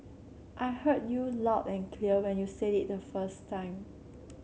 I heard you loud and clear when you said it the first time